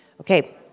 Okay